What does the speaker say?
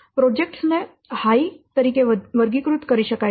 તેથી પ્રોજેક્ટ્સ ને હાય તરીકે વર્ગીકૃત કરી શકાય છે